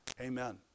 amen